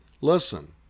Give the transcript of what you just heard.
Listen